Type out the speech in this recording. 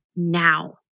now